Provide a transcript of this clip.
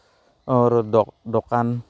আৰু দোক দোকান